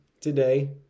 today